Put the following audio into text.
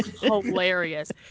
hilarious